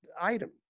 item